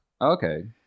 okay